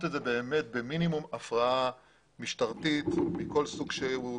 את זה במינימום הפרעה משטרתית מכל סוג שהוא.